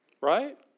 Right